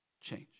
change